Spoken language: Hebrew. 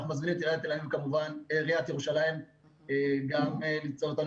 אנחנו מזמינים את עיריית ירושלים כמובן גם ליצור איתנו